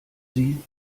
sie